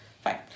Fine